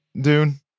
Dune